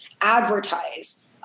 advertise